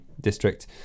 District